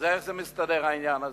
אז איך זה מסתדר העניין הזה?